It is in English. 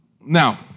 Now